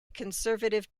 conservative